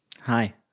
Hi